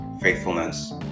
faithfulness